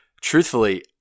Truthfully